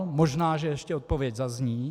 Možná že ještě odpověď zazní.